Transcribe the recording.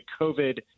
COVID